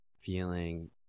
feeling